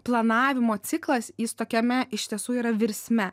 planavimo ciklas jis tokiame iš tiesų yra virsme